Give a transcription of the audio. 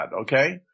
okay